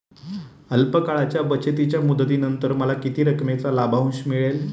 अल्प काळाच्या बचतीच्या मुदतीनंतर मला किती रकमेचा लाभांश मिळेल?